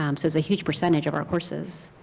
um so is a huge percentage of our courses.